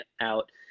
out